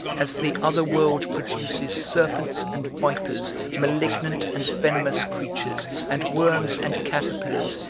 as the other world produces serpents and vipers, malignant and venomous creatures, and worms and caterpillars,